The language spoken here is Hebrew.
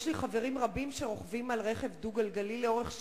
יש לי חברים רבים שרוכבים על רכב דו-גלגלי לאורך שנים.